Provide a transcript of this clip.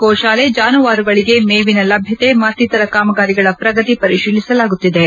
ಗೋ ಶಾಲೆ ಜಾನುವಾರುಗಳಿಗೆ ಮೇವಿನ ಲಭ್ಯತೆ ಮತ್ತಿತರ ಕಾಮಗಾರಿಗಳ ಪ್ರಗತಿ ಪರಿಶೀಲಿಸಲಾಯಿತು